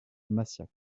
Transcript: massiac